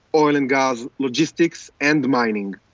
oil and gas, logistics, and mining.